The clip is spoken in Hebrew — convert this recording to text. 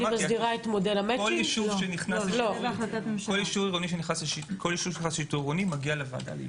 כל ישוב שנכנס לשיטור מגיע לוועדה לאישור.